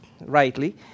rightly